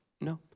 No